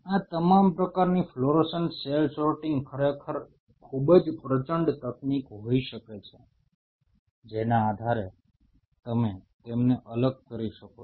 આ તમામ પ્રકારની ફ્લોરોસન્ટ સેલ સોર્ટિંગ ખરેખર ખૂબ જ પ્રચંડ તકનીક હોઈ શકે છે જેના આધારે તમે તેમને અલગ કરી શકો છો